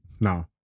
No